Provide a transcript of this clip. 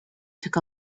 took